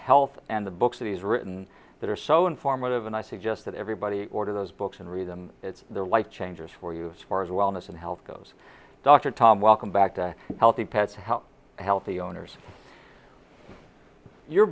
health and the books that he's written that are so informative and i suggest that everybody order those books and read them it's their life changes for you as far as well most of health goes dr tom welcome back to healthy pets how healthy owners your